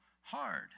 hard